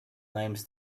names